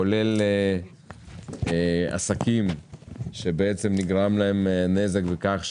כולל עסקים שנגרם להם נזק מכך,